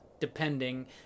depending